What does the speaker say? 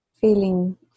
feeling